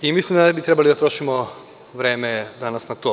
Mislim da ne bi trebalo da trošimo vreme danas na to.